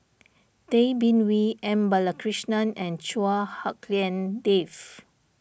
Tay Bin Wee M Balakrishnan and Chua Hak Lien Dave